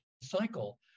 cycle